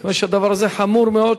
כיוון שהדבר הזה חמור מאוד,